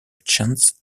chance